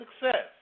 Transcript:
success